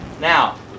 now